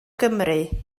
gymru